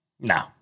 No